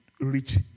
reach